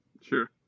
Sure